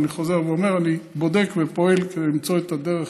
ואני חוזר ואומר: אני בודק ופועל כדי למצוא את הדרך